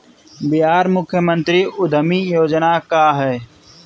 बिहार मुख्यमंत्री उद्यमी योजना का है?